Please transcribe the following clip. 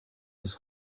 his